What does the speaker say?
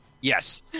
Yes